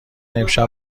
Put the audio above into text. امشب